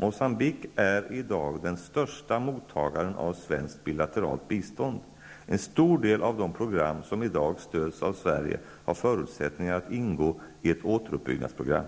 Moçambique är i dag den största mottagaren av svenskt bilateralt bistånd. En stor del av de program som i dag stöds av Sverige har förutsättningar att ingå i ett återuppbyggnadsprogram.